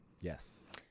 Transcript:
Yes